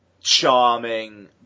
charming